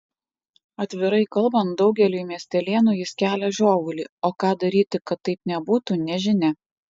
atvirai kalbant daugeliui miestelėnų jis kelia žiovulį o ką daryti kad taip nebūtų nežinia